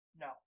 No